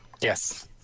Yes